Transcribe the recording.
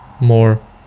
more